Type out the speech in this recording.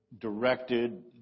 directed